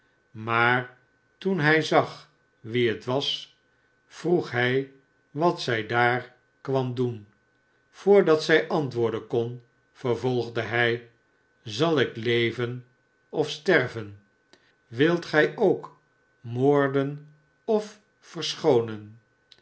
maar toen hij zag wie het was vroeg hij wat zij daar kwam doen voordat zij kon antwoorden vervolgde hij zal ik leven of sterveni wilt gij ook moorden of verschoonen